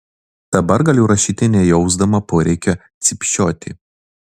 dabar galiu rašyti nejausdama poreikio cypčioti